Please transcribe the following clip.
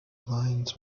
lines